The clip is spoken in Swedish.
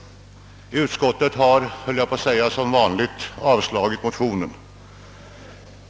Utskottet har — som vanligt, höll jag på att säga — avstyrkt bifall till motionen.